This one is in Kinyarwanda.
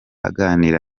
aganira